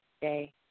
day